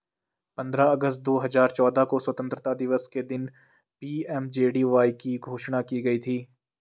पंद्रह अगस्त दो हजार चौदह को स्वतंत्रता दिवस के दिन पी.एम.जे.डी.वाई की घोषणा की गई थी